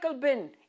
bin